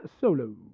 solo